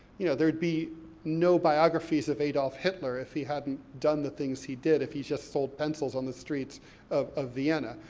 you know, there'd be no biographies of adolf hitler if he hadn't done the things he did, if he just sold pencils on the street of of vienna.